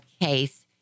case